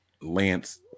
Lance